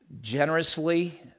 generously